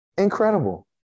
incredible